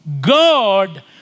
God